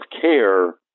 care